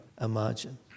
imagine